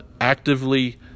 actively